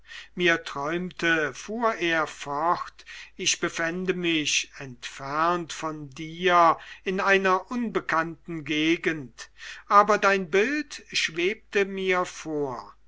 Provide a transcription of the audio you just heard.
mir träumte fuhr er fort ich befände mich entfernt von dir in einer unbekannten gegend aber dein bild schwebte mir vor